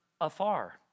afar